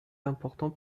important